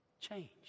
change